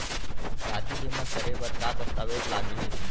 राशि जेमा करे बर का दस्तावेज लागही?